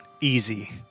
Easy